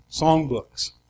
songbooks